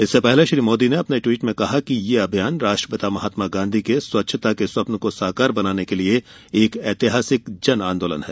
इससे पहले श्री मोदी ने अपने ट्वीट में कहा कि यह अभियान राष्ट्रपिता महात्मा गाँधी के स्वच्छता के स्वप्न को साकार बनाने के लिए एक ऐतिहासिक जन आंदोलन है